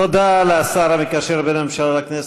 תודה לשר המקשר בין הממשלה לכנסת,